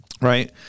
right